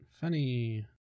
Funny